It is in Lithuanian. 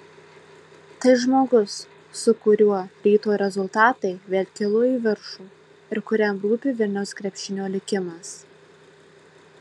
tai žmogus su kuriuo ryto rezultatai vėl kilo į viršų ir kuriam rūpi vilniaus krepšinio likimas